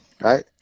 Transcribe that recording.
Right